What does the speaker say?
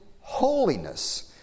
holiness